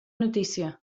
notícia